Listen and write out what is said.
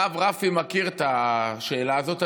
הרב רפי מכיר את השאלה הזאת,